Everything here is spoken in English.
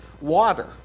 water